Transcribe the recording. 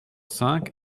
cinq